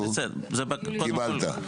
נו, קיבלתם.